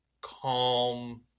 calm